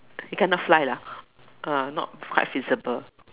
it cannot fly lah uh not quite feasible